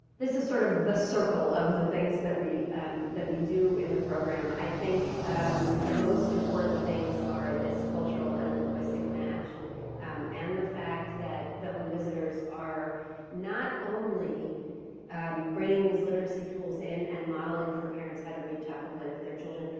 this is sort of the circle of the things that we um that we do in the program. i think um the most important things are these cultural and linguistic match and the fact that the home visitors are not only bringing these literacy tools and modeling for parents how to read, talk, and play with their children,